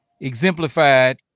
exemplified